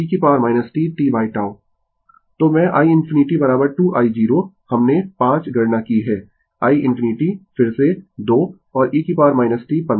तो मैं i ∞ 2 i0 हमने 5 गणना की है i ∞ फिर से 2 और e t 15 t